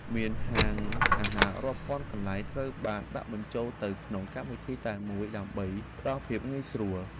មានហាងអាហាររាប់ពាន់កន្លែងត្រូវបានដាក់បញ្ចូលទៅក្នុងកម្មវិធីតែមួយដើម្បីផ្ដល់ភាពងាយស្រួល។